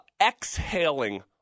exhaling